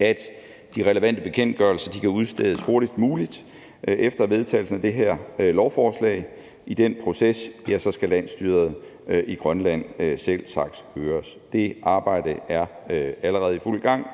at de relevante bekendtgørelser kan udstedes hurtigst muligt efter vedtagelsen af det her lovforslag. I den proces skal landsstyret i Grønland selvsagt høres. Det arbejde er allerede i fuld gang,